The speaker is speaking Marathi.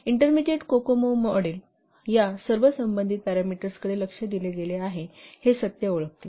इंटरमीडिएट कोकोमो मॉडेल या सर्व संबंधित पॅरामीटर्सकडे लक्ष दिले गेले आहे हे सत्य ओळखते